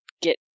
get